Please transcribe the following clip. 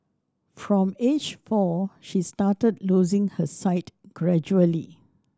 from age four she started losing her sight gradually